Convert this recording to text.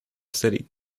city